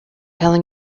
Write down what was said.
are